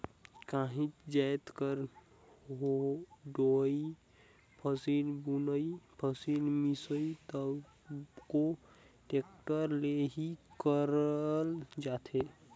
काहीच जाएत कर डोहई, फसिल बुनई, फसिल मिसई तको टेक्टर ले ही करल जाथे